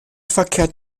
verkehrt